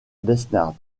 besnard